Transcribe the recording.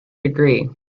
degree